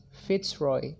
Fitzroy